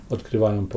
Odkrywają